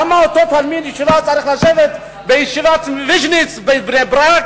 למה אותו תלמיד ישיבה צריך לשבת בישיבת ויז'ניץ בבני-ברק,